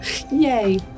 Yay